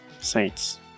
Saints